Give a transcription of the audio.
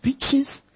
speeches